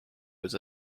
was